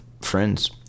friends